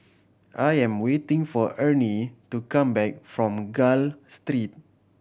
I am waiting for Ernie to come back from Gul Street